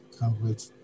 coverage